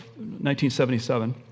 1977